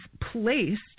placed